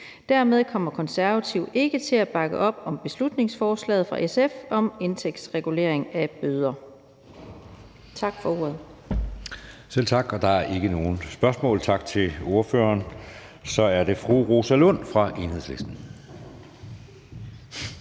Dermed kommer Konservative ikke til at bakke op om beslutningsforslaget fra SF om indtægtsregulering af bøder.